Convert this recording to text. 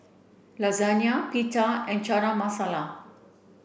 Lasagna Pita and Chana Masala